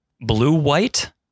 blue-white